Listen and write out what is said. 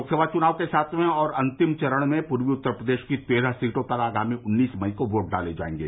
लोकसभा चुनाव के सातवें और अन्तिम चरण में पूर्वी उत्तर प्रदेश के तेरह सीटों पर आगामी उन्नीस मई को वोट डाले जायेंगे